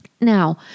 Now